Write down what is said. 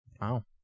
Wow